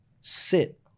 sit